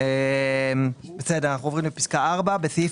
אנחנו עוברים לפסקה (4).